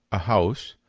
a house.